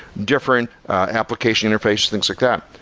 different application interface, things like that.